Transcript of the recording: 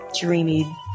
dreamy